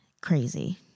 crazy